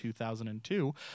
2002